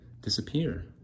disappear